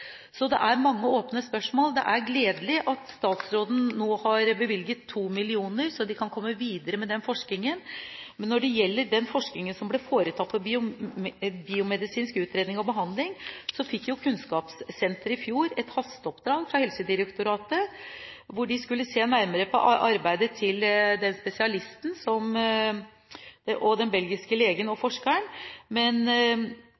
så de ikke får tilbakefall. Det er mange åpne spørsmål. Det er gledelig at statsråden nå har bevilget 2 mill. kr, slik at de kan komme videre med forskningen. Når det gjelder den forskningen som ble foretatt på biomedisinsk utredning og behandling, fikk Kunnskapssenteret i fjor et hasteoppdrag fra Helsedirektoratet hvor de skulle se nærmere på arbeidet til spesialisten, den belgiske legen og